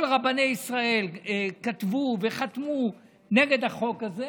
כל רבני ישראל כתבו וחתמו נגד החוק הזה.